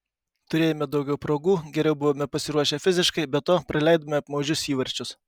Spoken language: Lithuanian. turėjome daugiau progų geriau buvome pasiruošę fiziškai be to praleidome apmaudžius įvarčius